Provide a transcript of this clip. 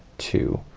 two,